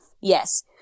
Yes